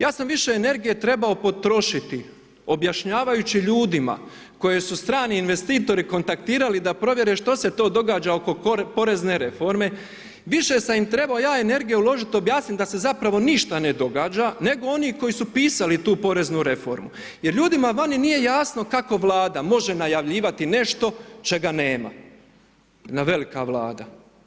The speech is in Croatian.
Ja sam više energije trebao potrošiti objašnjavajući ljudima koje su strani investitori kontaktirali da provjere što se to događa oko porezne reforme, više sam im trebao ja energije uložit objasnit da se zapravo ništa ne događa nego oni koji u pisali tu poreznu reformu jer ljudima vani nije jasno kako Vlada može najavljivati nešto čega nema, velika Vlada.